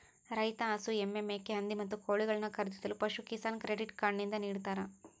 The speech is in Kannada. ರೈತ ಹಸು, ಎಮ್ಮೆ, ಮೇಕೆ, ಹಂದಿ, ಮತ್ತು ಕೋಳಿಗಳನ್ನು ಖರೀದಿಸಲು ಪಶುಕಿಸಾನ್ ಕ್ರೆಡಿಟ್ ಕಾರ್ಡ್ ನಿಂದ ನಿಡ್ತಾರ